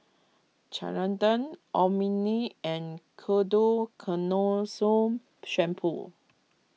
Ceradan Obimin and Ketoconazole Shampoo